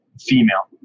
female